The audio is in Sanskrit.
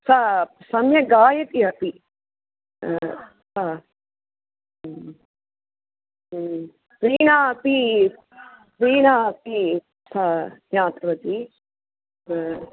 सा सम्यक् गायति अपि वीणा अपि वीणा अपि ज्ञात्वति